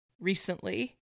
recently